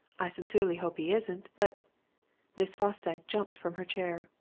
i sincerely hope he isn't but miss fosdyke jumped from her chair.